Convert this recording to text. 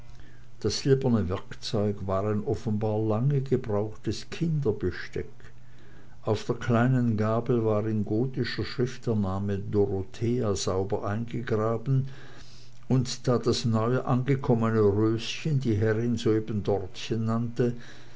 das silberne werkzeug war ein offenbar lange gebrauchtes kinderbesteck auf der kleinen gabel war in gotischer schrift der name dorothea sauber eingegraben und da das neuangekommene röschen die herrin soeben dortchen nannte